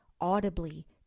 audibly